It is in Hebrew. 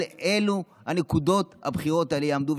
על הנקודות האלה הבחירות האלה יעמדו,